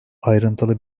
ayrıntılı